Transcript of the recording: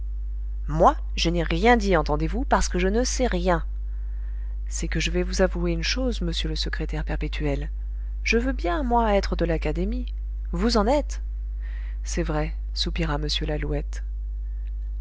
moi je n'ai rien dit entendez-vous parce que je ne sais rien c'est que je vais vous avouer une chose monsieur le secrétaire perpétuel je veux bien moi être de l'académie vous en êtes c'est vrai soupira m lalouette